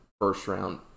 first-round